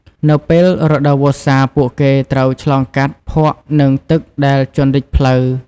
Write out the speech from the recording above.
នៅពេលរដូវវស្សាពួកគេត្រូវឆ្លងកាត់ភក់និងទឹកដែលជន់លិចផ្លូវ។